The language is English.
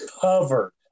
Covered